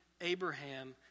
Abraham